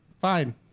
fine